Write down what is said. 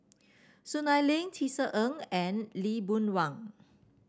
Soon Ai Ling Tisa Ng and Lee Boon Wang